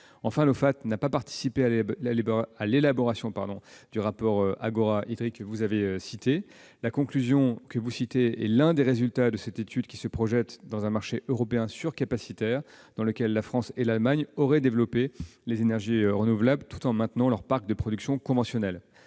Enfin, l'Ofate n'a pas participé à l'élaboration du rapport Agora-Iddri que vous avez mentionné. La conclusion que vous citez est l'un des résultats de cette étude, qui se projette dans un marché européen surcapacitaire, dans lequel la France et l'Allemagne auraient développé les énergies renouvelables tout en maintenant leur parc de production conventionnelle.